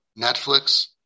Netflix